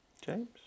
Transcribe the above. James